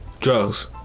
drugs